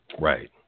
Right